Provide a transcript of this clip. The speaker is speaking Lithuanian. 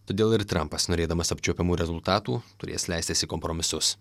todėl ir trampas norėdamas apčiuopiamų rezultatų turės leistis į kompromisus